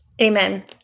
Amen